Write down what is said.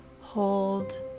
Hold